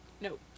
Nope